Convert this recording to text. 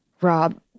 Rob